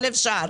אבל אפשר.